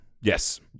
yes